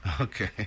Okay